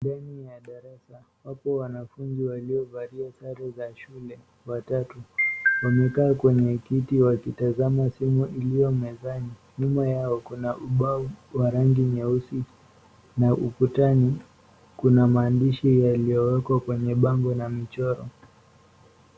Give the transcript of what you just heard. Ndani ya darasa, wapo wanafunzi waliovalia sare za shule watatu. Wamekaa kwenye kiti wakitazama simu iliyo mezani. Nyuma yao kuna ubao wa rangi nyeusi na ukutani kuna maandishi yaliyowekwa kwenye bango na michoro.